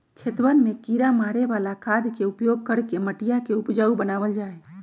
खेतवन में किड़ा मारे वाला खाद के उपयोग करके मटिया के उपजाऊ बनावल जाहई